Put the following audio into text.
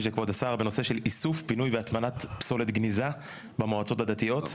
של כבוד השר בנושא של איסוף פינוי והטמעת פסולת גניזה במועצות הדתיות.